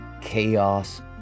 chaos